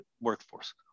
workforce